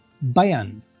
Bayern